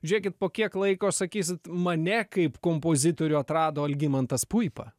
žiūrėkit po kiek laiko sakysit mane kaip kompozitorių atrado algimantas puipa